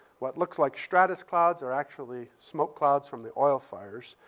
what looks like stratus clouds are actually smoke clouds from the oil fires.